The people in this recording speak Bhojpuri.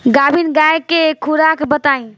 गाभिन गाय के खुराक बताई?